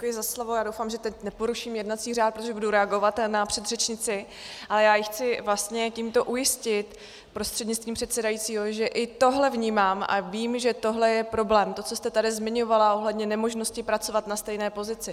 Děkuji za slovo, doufám, že teď neporuším jednací řád, protože budu reagovat na předřečnici, ale já chci vlastně tímto ujistit prostřednictvím předsedajícího, že i tohle vnímám a vím, že tohle je problém, to, co jste tady zmiňovala ohledně nemožnosti pracovat na stejné pozici.